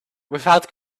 without